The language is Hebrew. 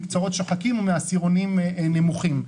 במקצועות שוחקים ומהעשירונים הנמוכים.